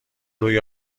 روی